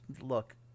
Look